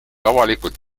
avalikult